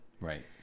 Right